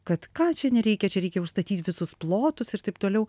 kad ką čia nereikia čia reikia užstatyt visus plotus ir taip toliau